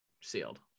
sealed